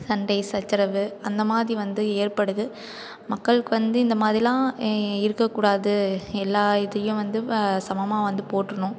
சண்டை சச்சரவு அந்த மாதிரி வந்து ஏற்படுது மக்களுக்கு வந்து இந்த மாதிரிலாம் இருக்கக்கூடாது எல்லா இதையும் வந்து சமமாக வந்து போற்றணும்